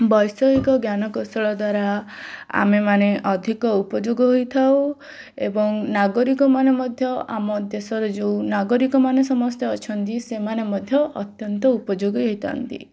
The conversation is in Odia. ବୈଷୟିକ ଜ୍ଞାନକୌଶଳ ଦ୍ଵାରା ଆମେମାନେ ଅଧିକ ଉପଯୋଗ ହେଇଥାଉ ଏବଂ ନାଗରିକମାନେ ମଧ୍ୟ ଆମ ଦେଶ ର ଯୋଉ ନାଗରିକମାନେ ସମସ୍ତେ ଅଛନ୍ତି ସେମାନେ ମଧ୍ୟ ଅତ୍ୟନ୍ତ ଉପଯୋଗୀ ହେଇଥାନ୍ତି